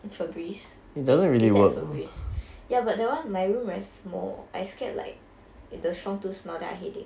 Febreze eh is that Febreze ya but that one in my room very small I scared like if the strong too smell then I headache